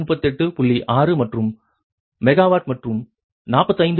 6 மற்றும் மெகாவாட் மற்றும் 45